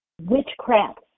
witchcraft